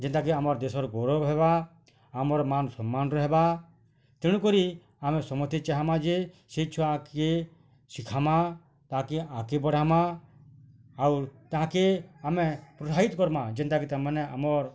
ଯେନ୍ତା କି ଆମର୍ ଦେଶ ର ଗୌରବ ହେବା ଆମର୍ ମାନ୍ ସମ୍ମାନ ରହେବା ତେଣୁ କରି ଆମେ ସମସ୍ତେ ଚାହେଁବା ଯେ ସେ ଛୁଆ ଆଗକେ ଶିଖାମା ତାକେ ଆଗକେ ବଢ଼ାମା ଆଉ ତାହାକେ ଆମେ ପ୍ରତ୍ସାହିତ କରମା ଯେନ୍ତା କି ତାର୍ ମାନେ ଆମର୍